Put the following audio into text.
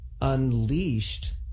unleashed